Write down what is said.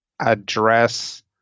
address